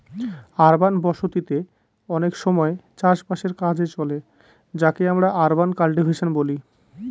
urban বসতি তে অনেক সময় চাষ বাসের কাজে চলে যাকে আমরা আরবান কাল্টিভেশন বলি